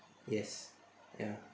yes ya